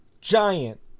giant